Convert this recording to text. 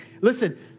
Listen